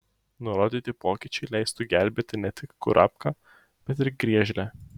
nurodyti pokyčiai leistų gelbėti ne tik kurapką bet ir griežlę